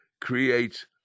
creates